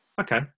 Okay